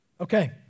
Okay